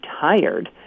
tired